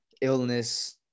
illness